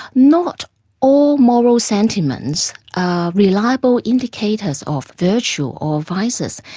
not all moral sentiments are reliable indicators of virtue or vices.